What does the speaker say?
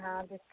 हँ